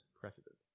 Precedent